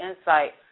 insight